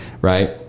right